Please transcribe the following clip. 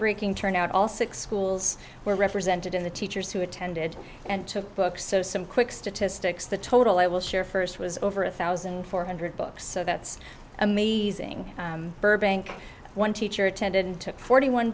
breaking turnout all six schools were represented in the teachers who attended and took books so some quick statistics the total i will share first was over one thousand four hundred books so that's amazing burbank one teacher attended and took forty one